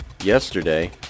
yesterday